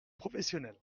professionnels